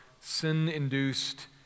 sin-induced